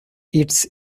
its